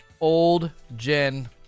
old-gen